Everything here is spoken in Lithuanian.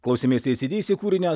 klausėmės ei sy dy sy kūrinio